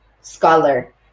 scholar